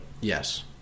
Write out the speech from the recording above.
Yes